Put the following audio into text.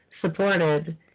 supported